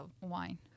wine